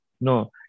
No